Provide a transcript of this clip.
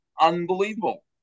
unbelievable